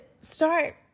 start